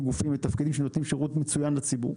גופים מתפקדים שנותנים שירות מצוין לציבור.